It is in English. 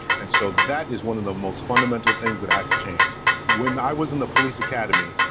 and so that is one of the most fundamental things that has to change when i was in the police academy,